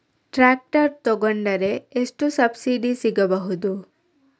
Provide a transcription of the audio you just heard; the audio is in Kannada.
ಟ್ರ್ಯಾಕ್ಟರ್ ತೊಕೊಂಡರೆ ಎಷ್ಟು ಸಬ್ಸಿಡಿ ಸಿಗಬಹುದು?